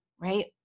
right